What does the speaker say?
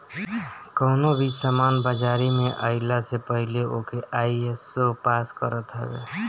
कवनो भी सामान बाजारी में आइला से पहिले ओके आई.एस.ओ पास करत हवे